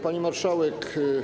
Pani Marszałek!